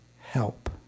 help